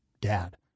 Dad